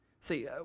See